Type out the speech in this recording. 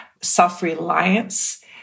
self-reliance